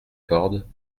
cordes